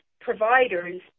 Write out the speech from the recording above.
providers